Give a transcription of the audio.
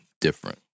different